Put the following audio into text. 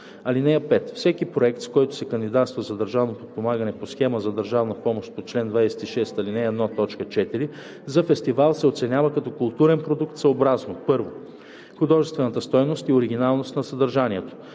(5) Всеки проект, с който се кандидатства за държавно подпомагане по схема за държавна помощ по чл. 26, ал. 1, т. 4 – за фестивал, се оценява като културен продукт съобразно: 1. художествената стойност и оригиналност на съдържанието,